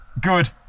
Good